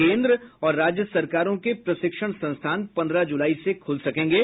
केंद्र और राज्य सरकारों के प्रशिक्षण संस्थान पन्द्रह जुलाई से खुल सकेंगे